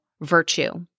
virtue